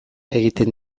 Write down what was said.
egiten